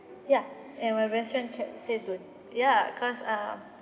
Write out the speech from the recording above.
ya and my best friend chad say don't ya cause um